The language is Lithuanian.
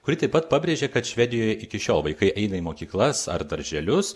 kuri taip pat pabrėžė kad švedijoje iki šiol vaikai eina į mokyklas ar darželius